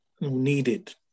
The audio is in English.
needed